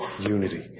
unity